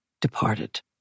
departed